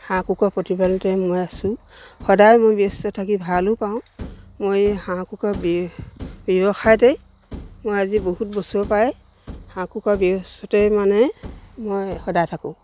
হাঁহ কুকুৰা প্ৰতিপালতে মই আছো সদায় মই ব্যস্ত থাকি ভালো পাওঁ মই হাঁহ কুকুৰা ব্যৱসায়তেই মই আজি বহুত বছৰপৰাই হাঁহ কুকুৰা ব্যস্ততাতেই মানে মই সদায় থাকোঁ